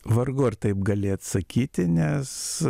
vargu ar taip gali atsakyti nes